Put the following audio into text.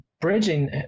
bridging